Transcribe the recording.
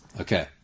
Okay